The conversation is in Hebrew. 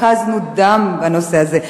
הקזנו דם בנושא הזה.